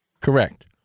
Correct